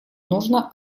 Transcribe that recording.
нужно